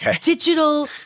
digital